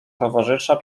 towarzysza